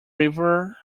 river